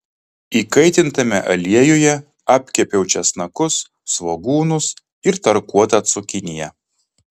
įkaitintame aliejuje apkepiau česnakus svogūnus ir tarkuotą cukiniją